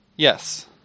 Yes